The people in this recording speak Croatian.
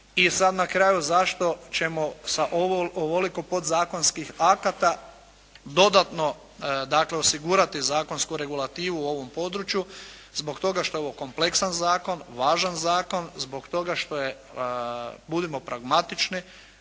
I sad na kraju zašto ćemo sa ovoliko podzakonskih akata dodatno, dakle osigurati zakonsku regulativu u ovom području. Zbog toga što je ovo kompleksan zakon, zbog toga što je budimo pragmatični